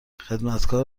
خدمتکار